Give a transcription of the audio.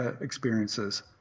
experiences